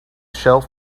shelf